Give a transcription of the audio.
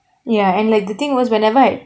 ya and like the thing was whenever I